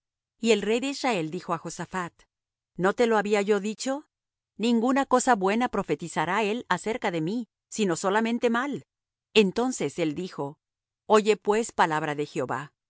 y el rey de israel dijo á josaphat no te lo había yo dicho ninguna cosa buena profetizará él acerca de mí sino solamente mal entonces él dijo oye pues palabra de jehová